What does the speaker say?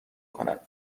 کند